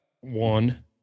one